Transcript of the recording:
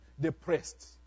depressed